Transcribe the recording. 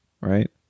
right